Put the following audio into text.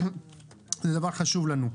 זה דבר חשוב לנו.